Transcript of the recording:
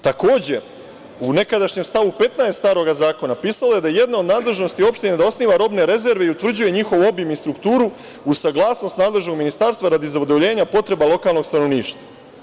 Takođe, u nekadašnjem stavu 15. starog zakona pisalo je da je jedna od nadležnosti opština da osniva robne rezerve i utvrđuje njihov obim i strukturu, uz saglasnost nadležnost ministarstva radi zadovoljenja potreba lokalnog stanovništva.